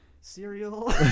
Cereal